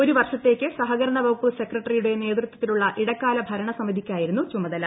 ഒരു വർഷത്തേയ്ക്ക് സഹകരണ വകുപ്പ് സെക്രട്ടറിയുടെ നേതൃത്വത്തിലുള്ള ഇടക്കാല ഭരണസമിതിക്കായിരുന്നു ചുമതല